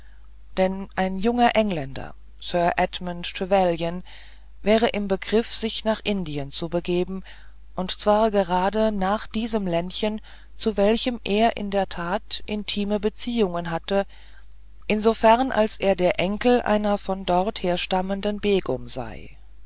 denn ein junger engländer sir edmund trevelyan stände im begriff sich nach indien zu begeben und zwar gerade nach diesem ländchen zu welchem er in der tat intime beziehungen hätte insofern als er der enkel einer von dort herstammenden begumbegum indische prinzessin sei